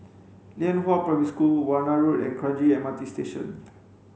Lianhua Primary School Warna Road and Kranji M R T Station